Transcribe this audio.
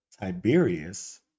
tiberius